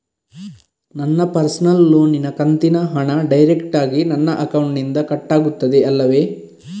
ನನ್ನ ಪರ್ಸನಲ್ ಲೋನಿನ ಕಂತಿನ ಹಣ ಡೈರೆಕ್ಟಾಗಿ ನನ್ನ ಅಕೌಂಟಿನಿಂದ ಕಟ್ಟಾಗುತ್ತದೆ ಅಲ್ಲವೆ?